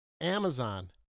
Amazon